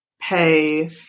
pay –